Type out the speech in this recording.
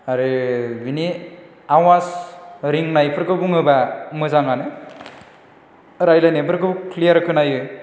आरो बिनि आवास रिंनायफोरखौ बुङोबा मोजाङानो रायलायनाय फोरखौ क्लियार खोनायो